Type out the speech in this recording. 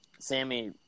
Sammy